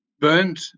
burnt